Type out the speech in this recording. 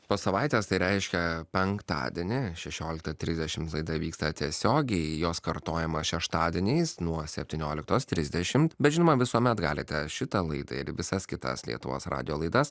po savaitės tai reiškia penktadienį šešioliktą trisdešimt laida vyksta tiesiogiai jos kartojimas šeštadieniais nuo septynioliktos trisdešimt bet žinoma visuomet galite šitą laidą ir visas kitas lietuvos radijo laidas